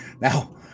Now